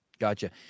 Gotcha